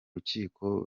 rukiko